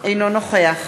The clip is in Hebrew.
אינו נוכח